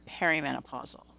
perimenopausal